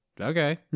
okay